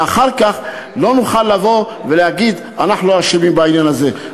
ואחר כך לא נוכל לבוא ולהגיד: אנחנו לא אשמים בעניין הזה.